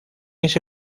ese